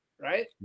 right